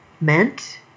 meant